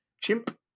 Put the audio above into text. Chimp